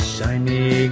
Shiny